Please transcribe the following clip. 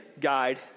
guide